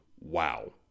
wow